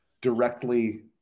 directly